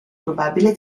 probabile